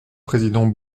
président